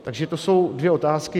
Takže to jsou dvě otázky.